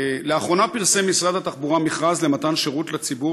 לאחרונה פרסם משרד התחבורה מכרז למתן שירות לציבור